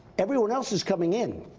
everyone else is coming in.